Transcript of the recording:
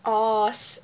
orh